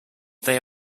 they